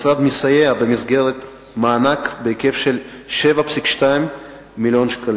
והמשרד מסייע במסגרת מענק בהיקף של 7.2 מיליוני שקלים.